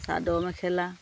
chador mekhela